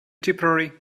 tipperary